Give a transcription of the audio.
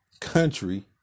country